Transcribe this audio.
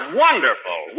wonderful